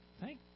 Thank